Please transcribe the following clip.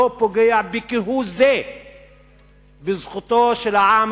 זה לא פוגע בכהוא זה בזכותו של העם